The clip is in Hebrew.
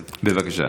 בבקשה.